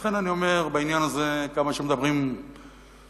ולכן אני אומר שבעניין הזה כמה שמדברים פחות,